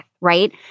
right